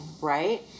right